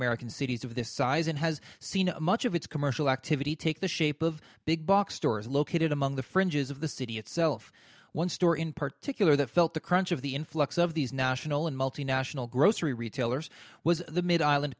american cities of this size and has seen much of its commercial activity take the shape of big box stores located among the fringes of the city itself one store in particular that felt the crunch of the influx of these national and multinational grocery retailers was the made island